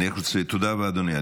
תודה רבה, אדוני.